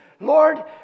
Lord